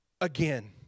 again